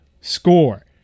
score